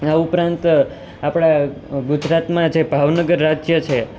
આ ઉપરાંત આપણા ગુજરાતમાં જે ભાવનગર રાજ્ય છે